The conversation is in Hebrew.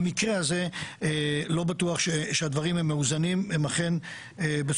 במקרה הזה לא בטוח שהדברים הם מאוזנים אם אכן בסופו